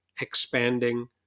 expanding